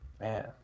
Man